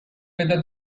whether